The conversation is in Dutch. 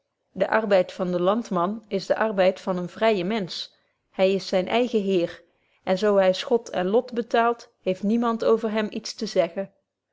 de arbeid van den landman is de arbeid van eenen vryen mensch hy is zyn eigen heer en zo hy schot en lot betaalt heeft niemand over hem iets te zeggen